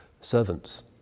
servants